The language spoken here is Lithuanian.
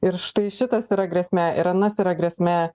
ir štai šitas yra grėsmė ir anas yra grėsmė